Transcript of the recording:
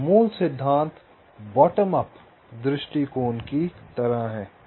तो मूल सिद्धांत बॉटम अप दृष्टिकोण की तरह है